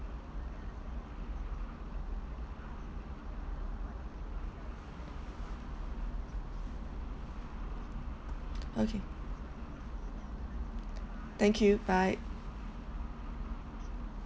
okay thank you bye